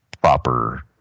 proper